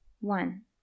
One